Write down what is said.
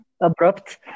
abrupt